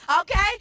okay